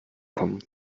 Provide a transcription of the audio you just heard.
kommen